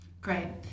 Great